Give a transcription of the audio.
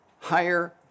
higher